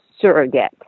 surrogate